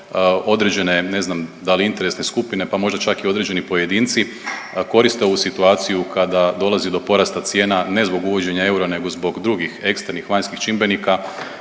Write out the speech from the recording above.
određene ne znam da li interesne skupine, pa možda čak i određeni pojedinci koriste ovu situaciju kada dolazi do porasta cijena ne zbog uvođenja eura nego zbog drugih ekstremnih vanjskih čimbenika